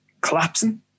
collapsing